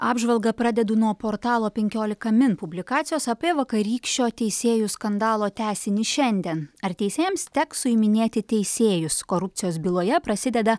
apžvalgą pradedu nuo portalo penkiolika min publikacijos apie vakarykščio teisėjų skandalo tęsinį šiandien ar teisėjams teks suiminėti teisėjus korupcijos byloje prasideda